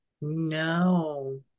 No